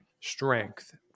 strength